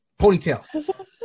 ponytail